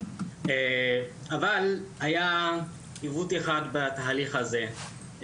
אבל היה עיוות אחד בתהליך הזה,